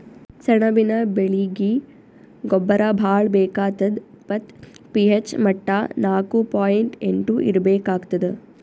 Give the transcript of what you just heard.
ಸೆಣಬಿನ ಬೆಳೀಗಿ ಗೊಬ್ಬರ ಭಾಳ್ ಬೇಕಾತದ್ ಮತ್ತ್ ಪಿ.ಹೆಚ್ ಮಟ್ಟಾ ನಾಕು ಪಾಯಿಂಟ್ ಎಂಟು ಇರ್ಬೇಕಾಗ್ತದ